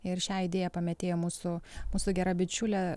ir šią idėją pamėtėjo mūsų mūsų gera bičiulė